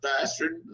bastard